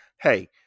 hey